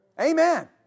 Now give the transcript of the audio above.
amen